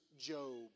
Job